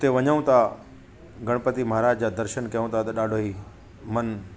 हुते वञूं था गणपति माहाराज जा दर्शन कयूं था त ॾाढो ई मनु